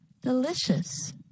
Delicious